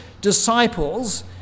disciples